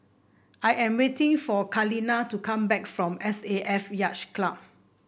I am waiting for Kaleena to come back from S A F Yacht Club